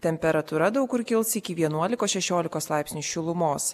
temperatūra daug kur kils iki vienuolikos šešiolikos laipsnių šilumos